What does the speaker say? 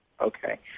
Okay